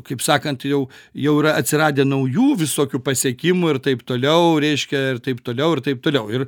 kaip sakant jau jau yra atsiradę naujų visokių pasiekimų ir taip toliau reiškia ir taip toliau ir taip toliau ir